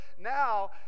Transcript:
now